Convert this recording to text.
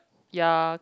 ya